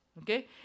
Okay